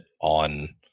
on